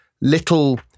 little